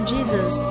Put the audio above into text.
Jesus